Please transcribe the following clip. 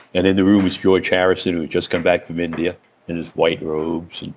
and in the room is george harrison, who'd just come back from india in his white robes. and